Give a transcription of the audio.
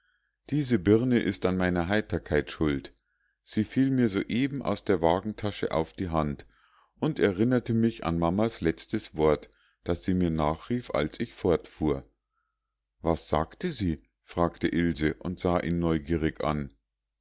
diese birne ist an meiner heiterkeit schuld sie fiel mir soeben aus der wagentasche auf die hand und erinnerte mich an mamas letztes wort das sie mir nachrief als ich fortfuhr was sagte sie fragte ilse und sah ihn neugierig an